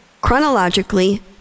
chronologically